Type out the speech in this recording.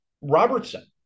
Robertson